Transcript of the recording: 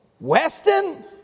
Weston